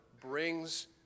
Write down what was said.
brings